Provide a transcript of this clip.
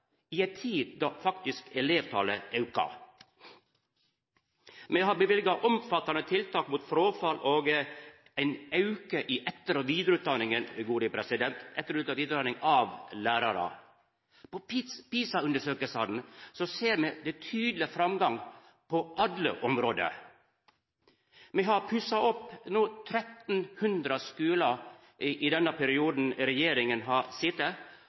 i ei tid då faktisk elevtalet auka. Me har løyvd til omfattande tiltak mot fråfall og ein auke i etter- og vidareutdanninga av lærarar. På PISA-undersøkinga ser me ein tydeleg framgang på alle område. Me har pussa opp 1 300 skular i denne perioden regjeringa har